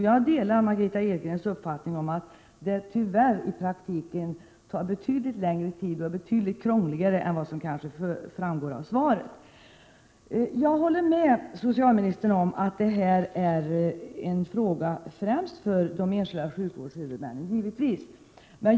Jag delar Margitta Edgrens uppfattning att det i praktiken tyvärr tar betydligt längre tid och är mycket krångligare än vad som kanske framgår av svaret. Jag håller med socialministern om att det här främst är en fråga för de enskilda sjukvårdshuvudmännen.